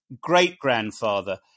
great-grandfather